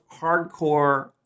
hardcore